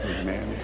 Amen